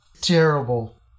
terrible